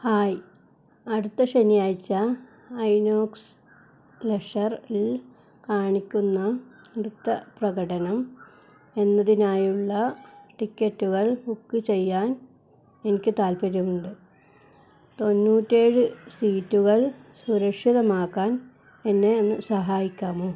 hi അടുത്ത ശനിയാഴ്ച ഐനോക്സ് ലെഷറിൽ കാണിക്കുന്ന നൃത്ത പ്രകടനം എന്നതിനായുള്ള ടിക്കറ്റുകൾ ബുക്ക് ചെയ്യാൻ എനിക്ക് താല്പര്യമുണ്ട് തൊണ്ണൂറ്റിയേഴ് സീറ്റുകൾ സുരക്ഷിതമാക്കാൻ എന്നെ ഒന്നു സഹായിക്കാമോ